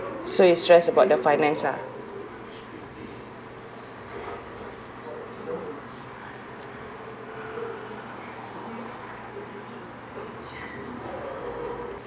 so you stress about the finance lah